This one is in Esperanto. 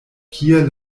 kie